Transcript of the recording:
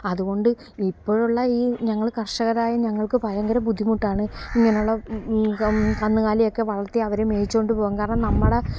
അത്കൊണ്ട് ഇപ്പോഴുള്ള ഈ ഞങ്ങൾ കർഷകരായ ഞങ്ങൾക്ക് ഭയങ്കര ബുദ്ധിമുട്ടാണ് ഇങ്ങനെയുള്ള കന്നുകാലിയൊക്കെ വളർത്തി അവരെ മേയ്ച്ചുകൊണ്ട് പോവാൻ കാരണം നമ്മുടെ